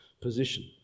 position